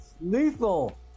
lethal